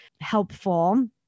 helpful